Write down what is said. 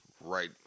right